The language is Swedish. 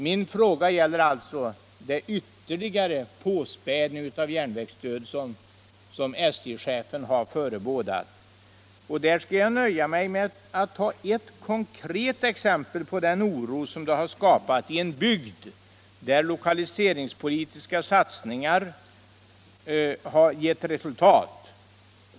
Min fråga gäller den ytterligare påspädning av järvägsdöden som SJ-chefen har förebådat. Jag skall anföra ett konkret exempel på den oro som detta har skapat i en bygd där lokaliseringspolitiska satsningar har givit resultat.